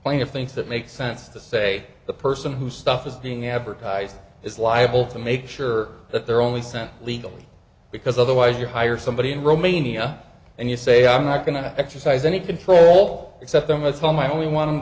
of things that make sense to say the person who stuff is being advertised is liable to make sure that they're only sent legally because otherwise you're hire somebody in romania and you say i'm not going to exercise any control except i'm going to tell my only